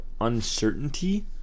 uncertainty